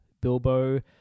Bilbo